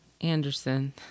anderson